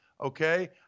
okay